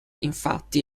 infatti